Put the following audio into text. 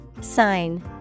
Sign